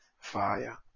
fire